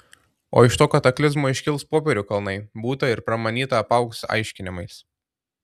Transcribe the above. o iš to kataklizmo iškils popierių kalnai būta ir pramanyta apaugs aiškinimais